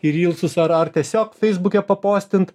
į rylsus ar ar tiesiog feisbuke papostint